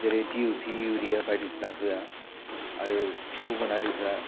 जेरै दि इउ पि इउरिया बायदिसिना होआ आरो गुबुन हारिफ्रा